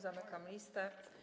Zamykam listę.